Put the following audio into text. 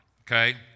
okay